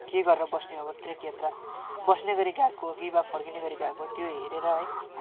के गरेर बस्ने अब ट्रेक यात्रा बस्ने गरी गएको हो कि बा फर्किने गरी गएको हो त्यो हेरेर है